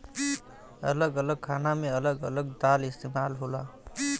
अलग अलग खाना मे अलग अलग दाल इस्तेमाल होला